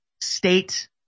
state